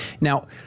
Now